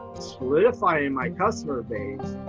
solidifying my customer base,